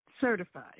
certified